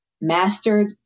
mastered